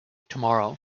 tomorrow